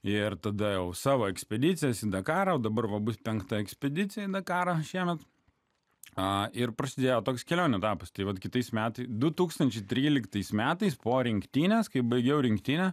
ir tada savo ekspedicijas į dakarą o dabar va bus penkta ekspedicija į dakarą šiemet a ir prasidėjo toks kelionių etapas tai vat kitais metais du tūkstančiai tryliktais metais po rinktinės kai baigiau rinktinę